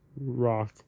rock